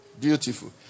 Beautiful